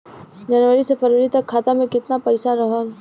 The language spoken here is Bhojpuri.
जनवरी से फरवरी तक खाता में कितना पईसा रहल?